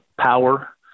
power